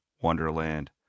wonderland